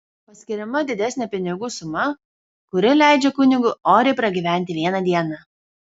paskiriama didesnė pinigų suma kuri leidžia kunigui oriai pragyventi vieną dieną